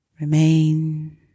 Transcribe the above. Remain